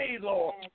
Lord